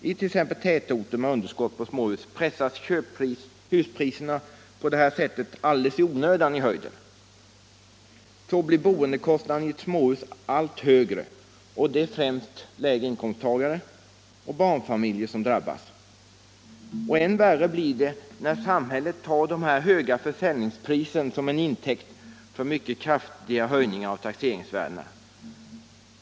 I t.ex. tätorter med underskott på småhus pressas huspriserna alldeles i onödan i höjden. Så blir boendekostnaden i småhus allt högre, och det är främst lägre inkomsttagare och barnfamiljer som drabbas. Än värre blir det när samhället tar de höga försäljningspriserna till intäkt för mycket kraftiga höjningar av taxeringsvärdena.